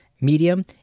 medium